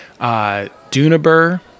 Dunabur